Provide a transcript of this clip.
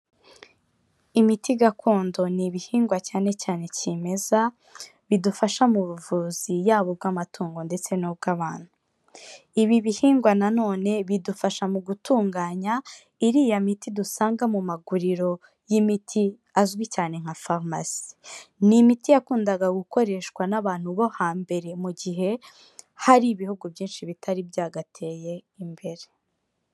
Imiti gakondo ni ibihingwa cyane cyane kimeza, bidufasha mu buvuzi yaba ubw'amatungo ndetse n'ubw'abantu. Ibi bihingwa nanone bidufasha mu gutunganya iriya miti dusanga mu maguriro y'imiti azwi cyane nka farumasi. Ni imiti yakundaga gukoreshwa n'abantu bo hambere mu gihe hari Ibihugu byinshi bitari byagateye imbere.